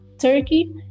Turkey